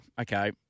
okay